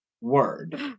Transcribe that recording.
word